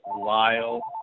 Lyle